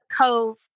Cove